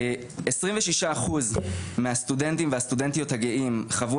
עשרים ושישה אחוז מהסטודנטים והסטודנטיות הגאים חוו